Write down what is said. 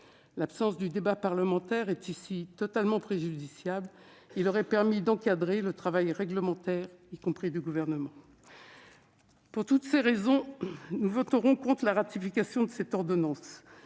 L'absence de débat parlementaire est ici préjudiciable, tant il aurait permis d'encadrer le travail réglementaire du Gouvernement. Pour toutes ces raisons, nous voterons contre la ratification de cette ordonnance